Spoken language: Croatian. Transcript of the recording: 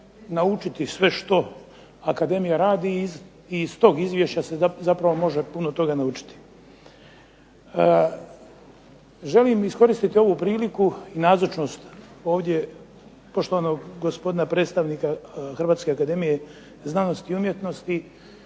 naučiti sve što Akademija radi. I iz tog izvješća se zapravo može puno toga naučiti. Želim iskoristiti ovu priliku i nazočnost ovdje poštovanog gospodina predstavnika Hrvatske akademije znanosti i umjetnosti